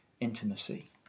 intimacy